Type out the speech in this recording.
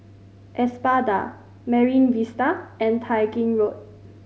Espada Marine Vista and Tai Gin Road